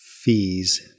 fees